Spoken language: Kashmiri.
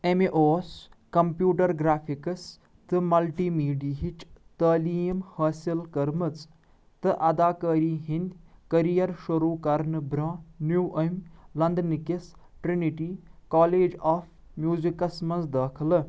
أمۍ اوس کمپیوٹر گرافکٕس تہٕ ملٹی میڈیہِچ تٔعلیٖم حٲصِل کٔرمٕژ تہٕ اداکٲری ہِنٛدۍ کرِیَر شروٗع کرنہٕ برٛونٛہہ نِیوٗ أمۍ لندنٕکس ٹرینیٹی کالیج آف میوٗزکس منٛز دٲخٕلہٕ